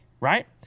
Right